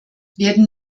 werden